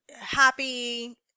happy